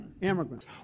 immigrants